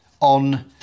on